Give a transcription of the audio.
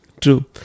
True